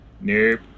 Nope